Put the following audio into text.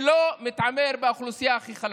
ולא מתעמר באוכלוסייה הכי חלשה.